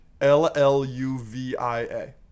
L-L-U-V-I-A